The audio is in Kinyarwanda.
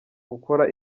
gukora